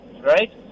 right